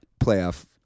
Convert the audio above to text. playoff